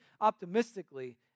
optimistically